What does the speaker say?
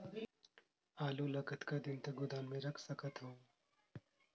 आलू ल कतका दिन तक गोदाम मे रख सकथ हों?